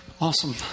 Awesome